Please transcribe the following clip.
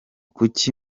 kuki